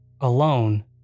Alone